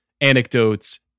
anecdotes